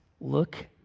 look